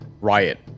riot